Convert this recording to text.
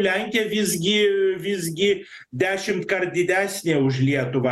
lenkija visgi visgi dešimtkart didesnė už lietuvą